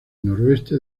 noroeste